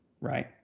Right